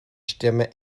stimme